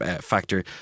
factor